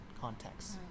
context